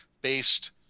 based